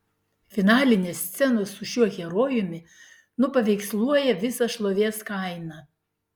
finalinės scenos su šiuo herojumi nupaveiksluoja visą šlovės kainą